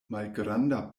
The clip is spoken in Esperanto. malgranda